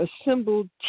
assembled